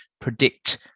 predict